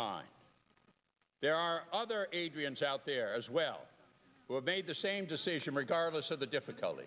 d there are other adrian's out there as well who have made the same decision regardless of the difficulty